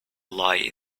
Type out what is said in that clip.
lie